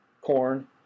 corn